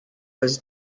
was